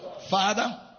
Father